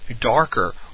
darker